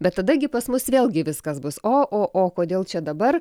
bet tada gi pas mus vėlgi viskas bus o o o kodėl čia dabar